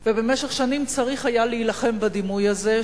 ובמשך שנים צריך היה להילחם בדימוי הזה,